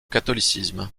catholicisme